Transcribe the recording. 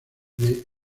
the